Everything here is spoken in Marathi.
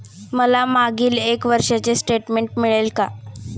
मला मागील एक वर्षाचे स्टेटमेंट मिळेल का?